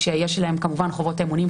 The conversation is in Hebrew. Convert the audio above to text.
כשיש להם כמובן חובות אמונים,